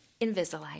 Invisalign